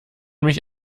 mich